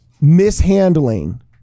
mishandling